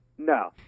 No